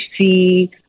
see